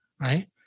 right